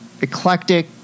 eclectic